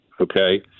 Okay